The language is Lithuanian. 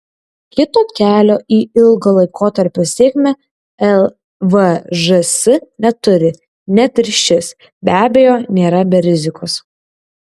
kito kelio į ilgo laikotarpio sėkmę lvžs neturi net ir šis be abejo nėra be rizikos